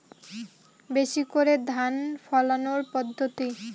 বেশি করে ধান ফলানোর পদ্ধতি?